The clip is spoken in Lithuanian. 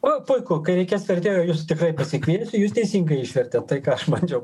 o puiku kai reikės vertėjo jūs tikrai pasikviesiu jūs teisingai išvertėt tai ką aš bandžiau